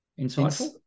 insightful